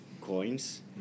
coins